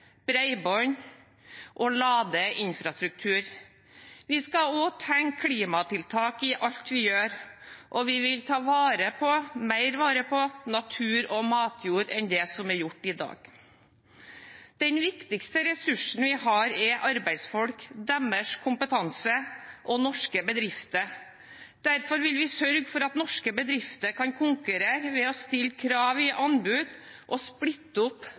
og ladeinfrastruktur. Vi skal også tenke klimatiltak i alt vi gjør, og vi vil ta mer vare på natur og matjord enn det som er gjort i dag. Den viktigste ressursen vi har, er arbeidsfolk, deres kompetanse og norske bedrifter. Derfor vil vi sørge for at norske bedrifter kan konkurrere ved å stille krav i anbud og ¤¤¤splitte opp